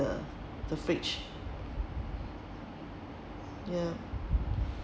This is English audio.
the the fridge ya